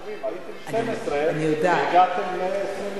הייתם 12 והגעתם ל-27.